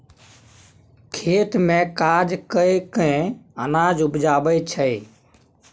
खेत मे काज कय केँ अनाज उपजाबै छै